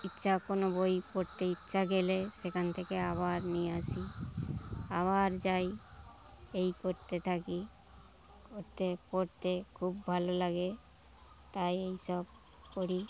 ইচ্ছা কোনো বই পড়তে ইচ্ছা গেলে সেখান থেকে আবার নিয়ে আসি আবার যাই এই করতে থাকি করতে পড়তে খুব ভালো লাগে তাই এই সব করি